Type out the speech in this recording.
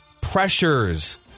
pressures